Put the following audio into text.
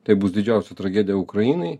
tai bus didžiausia tragedija ukrainai